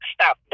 Stop